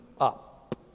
up